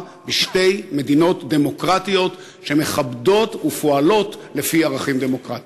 בשתי מדינות דמוקרטיות שמכבדות ופועלות לפי ערכים דמוקרטיים.